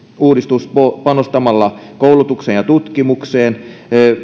panostamalla koulutukseen ja tutkimukseen